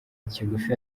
kigufi